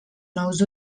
nous